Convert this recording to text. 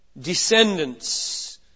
descendants